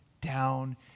down